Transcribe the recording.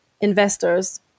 investors